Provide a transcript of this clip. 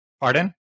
pardon